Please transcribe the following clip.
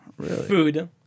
food